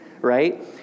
right